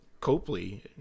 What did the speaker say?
Copley